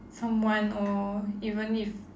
someone or even if